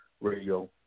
radio